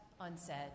unsaid